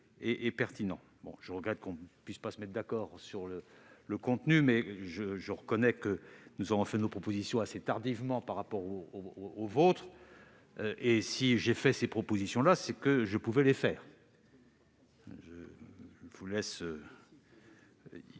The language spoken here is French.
Je vous laisse